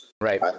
right